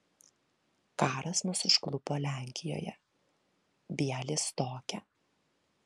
karas mus užklupo lenkijoje bialystoke